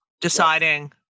deciding